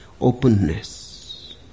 openness